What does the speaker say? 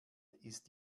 ist